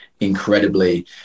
incredibly